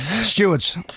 Stewards